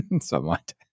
somewhat